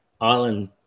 Island